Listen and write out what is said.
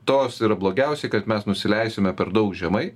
tos ir blogiausia kad mes nusileisime per daug žemai